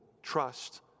trust